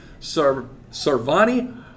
Sarvani